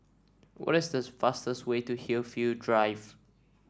what is does fastest way to Hillview Drive